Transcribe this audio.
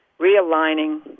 realigning